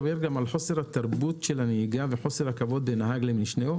מדברים גם על חוסר התרבות של הנהיגה וחוסר הכבוד לנהג למשנהו,